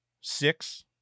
six